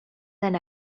than